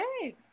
okay